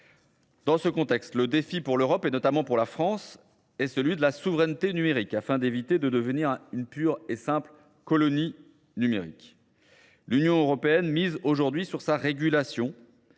Dans ce contexte, le défi pour l'Europe et notamment pour la France est celui de la souveraineté numérique afin d'éviter de devenir une pure et simple colonie numérique. L'Union européenne mise aujourd'hui sur sa régulation,